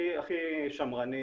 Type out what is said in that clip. הכי שמרני,